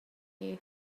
you